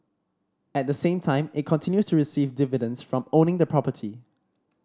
at the same time it continues to receive dividends from owning the property